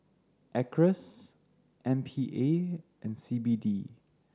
Acres M P A and C B D